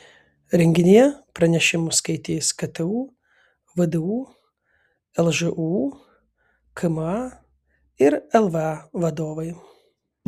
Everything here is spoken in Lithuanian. renginyje pranešimus skaitys ktu vdu lžūu kma ir lva vadovai